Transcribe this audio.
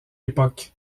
époque